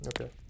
okay